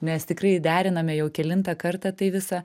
nes tikrai deriname jau kelintą kartą tai visą